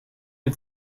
het